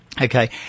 okay –